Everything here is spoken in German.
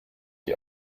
die